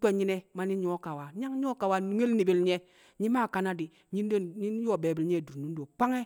kwe̱nyi̱ne̱ ma nyi̱ nyu̱wo̱ kawa, nyi̱ yang nyu̱wo̱ kawa a nunge le̱ ni̱bi̱l nye̱. Nyi̱ maa kanadi̱ nyi̱ de, nyi̱ yo̱o̱ be̱e̱bi̱l nye̱ a dur nunde o kwange̱.